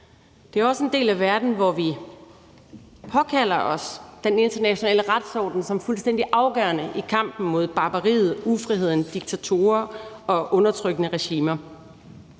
Det er også en del af verden, hvor vi påkalder os den internationale retsorden som fuldstændig afgørende i kampen mod barbariet, ufriheden, diktatorer og undertrykkende regimer.